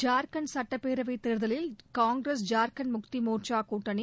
ஜா்க்கண்ட் சுட்டப்பேரவை தேர்தலில் காங்கிரஸ் ஜா்க்கண்ட் முக்தி மோர்ச்சா கூட்டணி